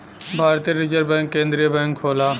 भारतीय reserve bank केन्द्रीय bank होला